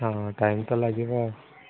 ହଁ ଟାଇମ୍ ତ ଲାଗିବ ଆଉ